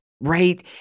right